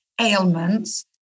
ailments